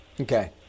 Okay